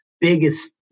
biggest